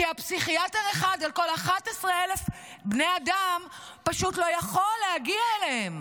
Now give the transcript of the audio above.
כי הפסיכיאטר האחד על כל 11,000 בני אדם פשוט לא יכול להגיע אליהם.